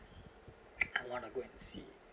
I want to go and see